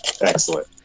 Excellent